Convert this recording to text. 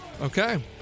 Okay